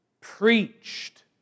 preached